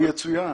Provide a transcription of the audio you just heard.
הוא יצואן.